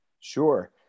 Sure